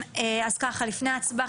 אז לפני ההצעה,